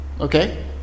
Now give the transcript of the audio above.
Okay